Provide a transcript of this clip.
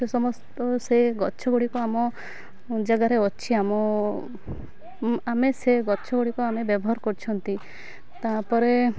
ସେ ସମସ୍ତ ସେ ଗଛଗୁଡ଼ିକ ଆମ ଜାଗାରେ ଅଛି ଆମ ଆମେ ସେ ଗଛଗୁଡ଼ିକ ଆମେ ବ୍ୟବହାର କରୁଛନ୍ତି ତାପରେ